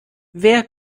wer